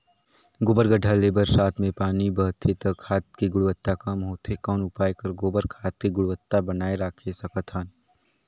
गोबर गढ्ढा ले बरसात मे पानी बहथे त खाद के गुणवत्ता कम होथे कौन उपाय कर गोबर खाद के गुणवत्ता बनाय राखे सकत हन?